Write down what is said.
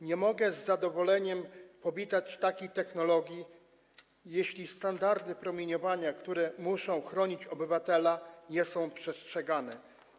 Nie mogę z zadowoleniem powitać takiej technologii, jeśli standardy promieniowania, które muszą chronić obywatela, nie są przestrzegane.